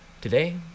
Today